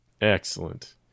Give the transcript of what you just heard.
Excellent